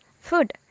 Food